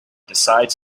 decides